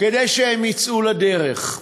כדי שהם יצאו לדרך.